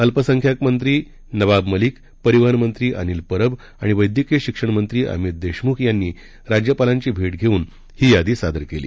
अल्पसंख्याक मंत्री नवाब मलिक परिवहन मंत्री अनिल परब आणि वैद्यकीय शिक्षण मंत्री अमित देशमुख यांनी राज्यपालांची भेट घेऊन ही यादी सादर केली